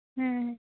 ᱦᱮᱸ ᱦᱮᱸ